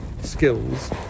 skills